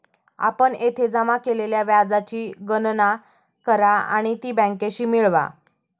आपण येथे जमा केलेल्या व्याजाची गणना करा आणि ती बँकेशी मिळवा